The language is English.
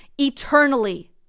eternally